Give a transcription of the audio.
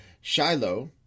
Shiloh